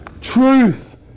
Truth